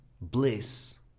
bliss